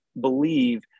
believe